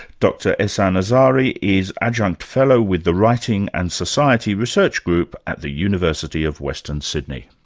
dr ehsan azari, is adjunct fellow with the writing and society research group at the university of western sydney.